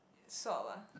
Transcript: swap ah